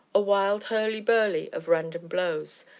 a wild hurly-burly of random blows,